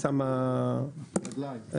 קצת -- רגליים.